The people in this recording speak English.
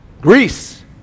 Greece